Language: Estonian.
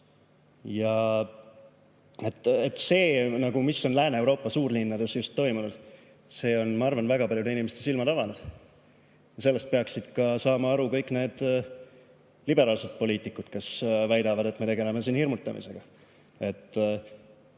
See, mis on Lääne-Euroopa suurlinnades just toimunud, on, ma arvan, väga paljude inimeste silmad avanud. Sellest peaksid saama aru ka kõik need liberaalsed poliitikud, kes väidavad, et me tegeleme hirmutamisega.